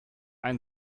einen